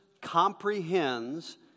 comprehends